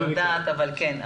כן,